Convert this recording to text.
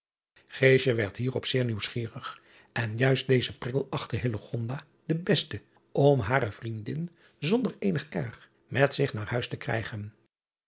werd hierop zeer nieuwsgierig en juist dezen prikkel achtte den besten om hare vriendin zonder eenig erg met zich naar haar huis te krijgen